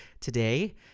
today